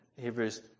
Hebrews